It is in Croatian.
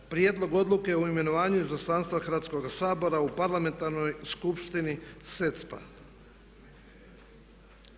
Prijedlog Odluke o imenovanju Izaslanstva Hrvatskoga Sabora u Parlamentarnoj skupštini SEC-a.